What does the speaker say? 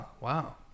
wow